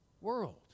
world